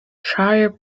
shire